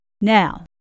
Now